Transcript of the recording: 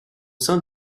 sein